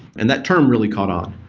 and that term really caught on.